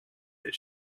that